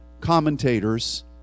commentators